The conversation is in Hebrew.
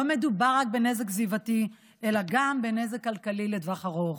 לא מדובר רק בנזק סביבתי אלא גם בנזק כלכלי לטווח ארוך.